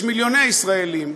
יש מיליוני ישראלים,